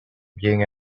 being